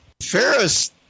Ferris